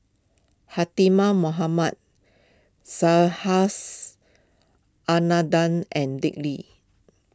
Mohamad Subhas Anandan and Dick Lee